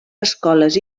escoles